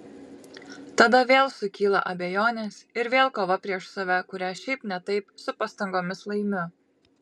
tada vėl sukyla abejonės ir vėl kova prieš save kurią šiaip ne taip su pastangomis laimiu